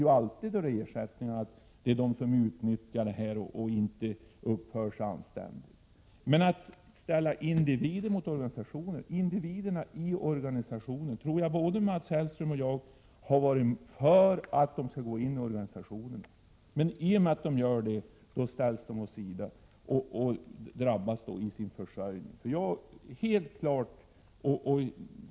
När det gäller ersättningar finns det alltid de som utnyttjar situationen och inte uppför sig anständigt. Man skall emellertid inte ställa individer mot organisationer. Både Mats Hellström och jag, tror jag, har varit för att individerna skulle gå in i den ifrågavarande organisationen. I och med att de gör det ställs de åt sidan och drabbas i sin försörjning.